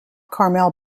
carmel